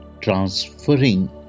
transferring